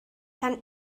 dann